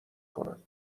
کنم